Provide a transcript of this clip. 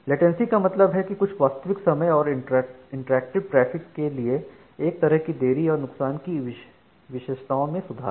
latency का मतलब है कि कुछ वास्तविक समय और इंटरेक्टिव ट्रैफिक के लिए एक तरह की देरी और नुकसान की विशेषताओं में सुधार